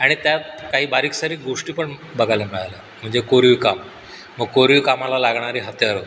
आणि त्यात काही बारीकसारीक गोष्टी पण बघायला मिळाल्या म्हणजे कोरीव काम मग कोरीव कामाला लागणारी हत्यारं